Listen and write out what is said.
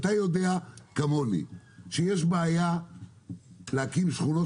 אתה יודע כמוני שיש בעיה להקים שכונות